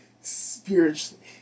Spiritually